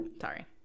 sorry